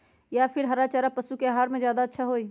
या फिर हरा चारा पशु के आहार में ज्यादा अच्छा होई?